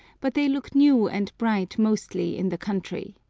but they look new and bright mostly in the country.